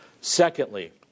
Secondly